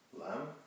lamb